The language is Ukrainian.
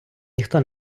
ніхто